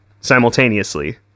simultaneously